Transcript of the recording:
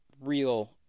real